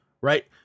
right